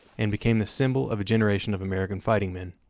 and became the symbol of a generation of american fighting men.